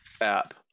app